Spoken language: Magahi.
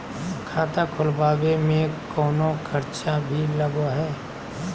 खाता खोलावे में कौनो खर्चा भी लगो है?